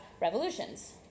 revolutions